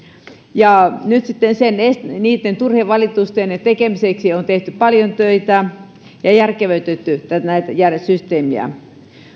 ja nyt sitten niitten turhien valitusten tekemisen vähentämiseksi on tehty paljon töitä ja järkevöitetty tätä systeemiä